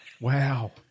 Wow